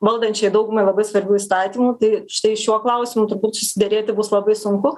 valdančiai daugumai labai svarbių įstatymų tai štai šiuo klausimu turbūt susiderėti bus labai sunku